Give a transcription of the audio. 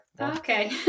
okay